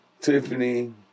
Tiffany